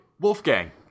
Wolfgang